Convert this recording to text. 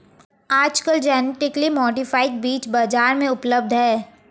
आजकल genetically modified बीज बाजार में उपलब्ध है